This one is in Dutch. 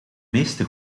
meeste